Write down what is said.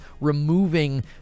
removing